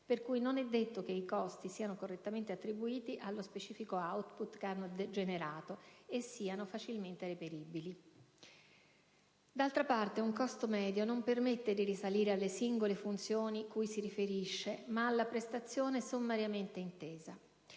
per cui non è detto che i costi (*input*) siano correttamente attributi allo specifico *output* che hanno generato e siano facilmente reperibili. D'altra parte, un costo medio non permette di risalire alle singole funzioni cui si riferisce, ma alla prestazione sommariamente intesa.